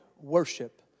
worship